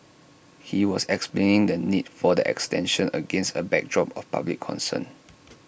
he was explaining the need for the extension against A backdrop of public concern